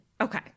Okay